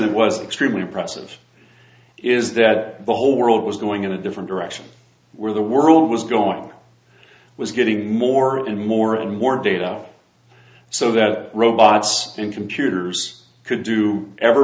it was extremely process is that the whole world was going in a different direction where the world was going was getting more and more and more data so that robots in computers could do ever